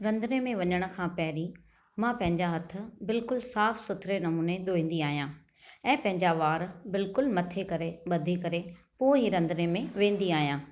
रंधिणे में वञण खां पहिरीं मां पंहिंजा हथ बिल्कुलु साफ़ सुथरे नमूने धोईंदी आहियां ऐं पंहिंजा वार बिल्कुलु मथे करे बधी करे पोइ ई रंधिणे में वेंदी आहियां